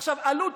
עכשיו, עלות